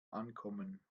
ankommen